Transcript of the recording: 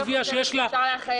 לא בטוחה שאפשר.